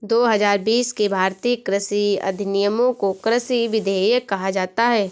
दो हजार बीस के भारतीय कृषि अधिनियमों को कृषि विधेयक कहा जाता है